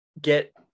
get